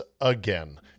again